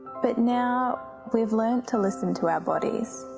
but now we've learnt to listen to our bodies.